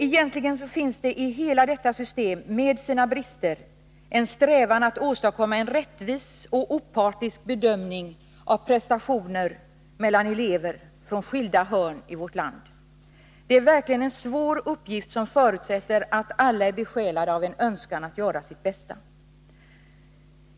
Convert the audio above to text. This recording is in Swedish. Egentligen finns det i hela detta system, med dess brister, en strävan att åstadkomma en rättvis och opartisk bedömning av prestationer mellan elever från skilda hörn i vårt land. Det är verkligen en svår uppgift, som förutsätter att alla är besjälade av en önskan att göra sitt bästa.